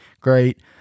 great